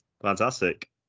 Fantastic